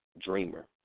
dreamer